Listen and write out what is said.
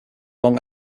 long